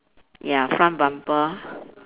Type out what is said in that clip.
ya front bumper